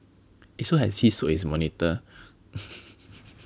eh so has he sold his monitor